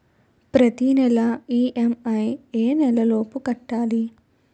ప్రతినెల ఇ.ఎం.ఐ ఎ తేదీ లోపు కట్టాలి?